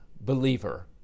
believer